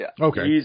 Okay